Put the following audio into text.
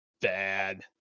bad